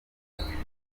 education